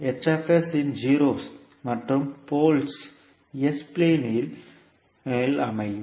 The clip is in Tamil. • இன் ஜீரோஸ் மற்றும் போல்ஸ் s பிளேன் இல் அமையும்